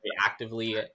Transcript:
actively